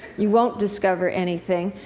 you won't discover anything.